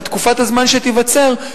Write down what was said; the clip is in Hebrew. בתקופת הזמן שתיווצר,